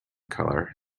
color